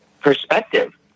perspective